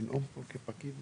תודה על זכות הדיבור.